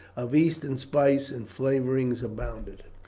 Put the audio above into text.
of eastern spices and flavourings abounded.